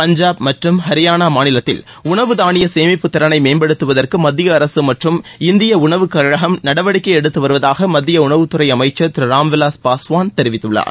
பஞ்சாப் மற்றும் ஹரியானா மாநிலத்தில் உணவு தானிய சேமிப்பு திறனை மேம்படுத்துவதற்கு மத்திய அரசு மற்றும் இந்திய உணவுக்கழகம் நடவடிக்கை எடுத்து வருவதாக மத்திய உணவுத்துறை அமைச்சர் திரு ராம் விலாஸ் பாஸ்வான் தெரிவித்துள்ளார்